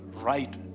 right